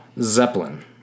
Zeppelin